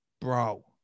Bro